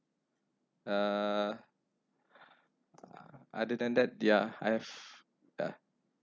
uh uh other than that yeah I have yeah